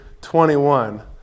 21